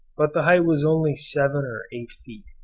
but the height was only seven or eight feet.